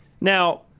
Now